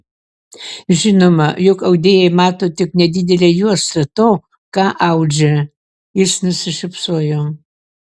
žinoma juk audėjai mato tik nedidelę juostą to ką audžia jis nusišypsojo